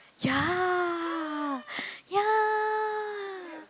ya ya